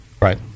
Right